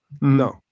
No